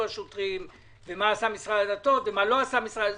השוטרים ומה עשה משרד הדתות ומה לא עשה משרד הדתות,